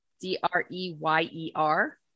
D-R-E-Y-E-R